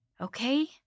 okay